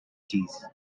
cheese